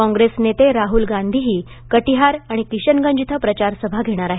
कॉंग्रेस नेते राहूल गांधीही कटीहार आणि किशनगंज इथं प्रचारसभा घेणार आहेत